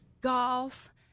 golf